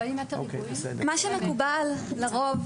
מה שמקובל לרוב